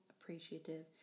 appreciative